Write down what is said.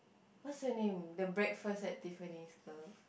what's her name the Breakfast at Tiffany's girl